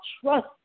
trust